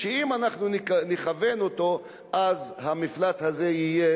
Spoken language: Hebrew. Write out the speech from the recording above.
ואם אנחנו נכוון אותו המפלט הזה יהיה